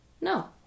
No